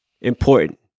important